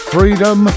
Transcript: Freedom